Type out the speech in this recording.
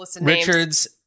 Richards